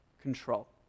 control